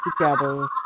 together